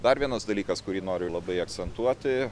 dar vienas dalykas kurį noriu labai akcentuoti